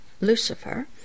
Lucifer